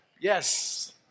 Yes